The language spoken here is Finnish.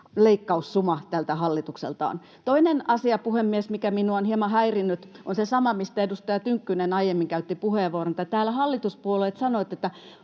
leikkaussuma tältä hallitukselta on. Toinen asia, puhemies, mikä minua on hieman häirinnyt, on se sama, mistä edustaja Tynkkynen aiemmin käytti puheenvuoron, että täällä hallituspuolueet sanovat, että